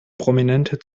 prominente